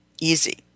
easy